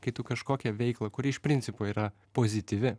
kai tu kažkokią veiklą kuri iš principo yra pozityvi